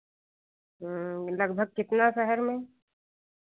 हाँ लगभग कितना शहर में